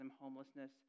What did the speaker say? homelessness